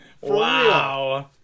Wow